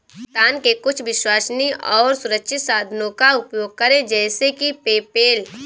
भुगतान के कुछ विश्वसनीय और सुरक्षित साधनों का उपयोग करें जैसे कि पेपैल